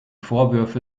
vorwürfe